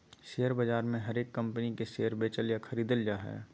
share बाजार मे हरेक कम्पनी के शेयर बेचल या खरीदल जा हय